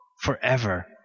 forever